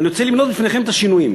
אני רוצה למנות בפניכם את השינויים: